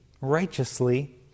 righteously